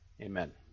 Amen